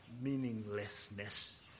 meaninglessness